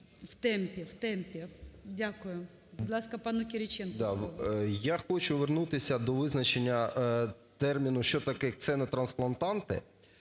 Я хочу вернутися до визначення терміну, що таке ксенотрансплантанти